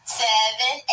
seven